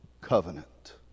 covenant